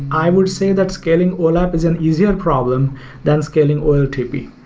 i would say that scaling olap is an easier problem than scaling oltp.